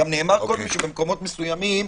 נאמר קודם שבמקומות מסוימים,